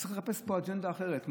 אז צריך לחפש פה אג'נדה אחרת,